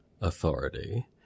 authority